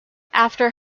after